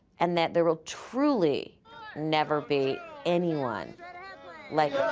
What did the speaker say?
and that there will truly never be anyone like her.